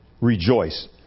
rejoice